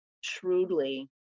shrewdly